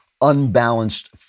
unbalanced